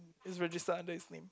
it's registered under his name